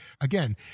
Again